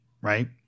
right